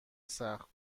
سخت